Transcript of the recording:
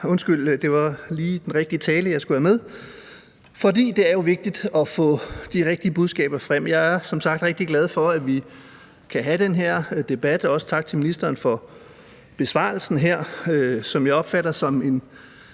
undskyld, det var lige den rigtige tale, jeg skulle have med. For det er jo vigtigt at få de rigtige budskaber frem. Jeg er som sagt rigtig glad for, at vi kan have den her debat, også tak til ministeren for besvarelsen her, som jeg opfatter som en,